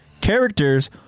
characters